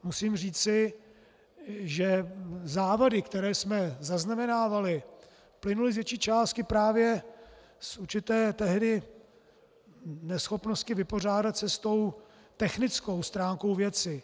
Musím říci, že závady, které jsme zaznamenávali, plynuly z větší části právě z určité tehdy neschopnosti vypořádat se s technickou stránkou věci.